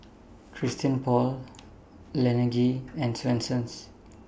Christian Paul Laneige and Swensens